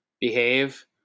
behave